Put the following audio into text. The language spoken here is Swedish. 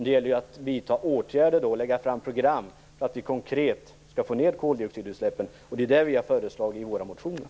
Det gäller att lägga fram program och att vidta åtgärder för att konkret få ned koldioxidutsläppen, och det är det som vi har föreslagit i våra motioner.